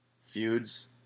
feuds